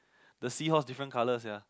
the seahorse is different colour sia